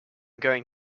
going